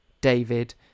David